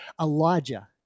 Elijah